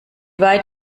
weit